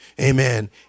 Amen